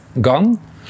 gone